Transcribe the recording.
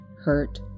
hurt